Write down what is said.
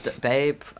Babe